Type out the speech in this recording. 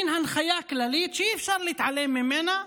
מין הנחיה כללית שאי-אפשר להתעלם ממנה,